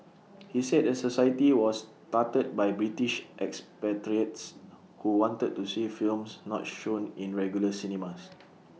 he said the society was started by British expatriates who wanted to see films not shown in regular cinemas